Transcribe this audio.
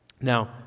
Now